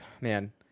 Man